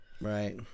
right